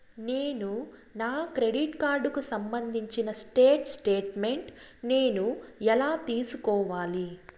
నేను నా క్రెడిట్ కార్డుకు సంబంధించిన స్టేట్ స్టేట్మెంట్ నేను ఎలా తీసుకోవాలి?